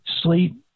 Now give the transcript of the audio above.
sleep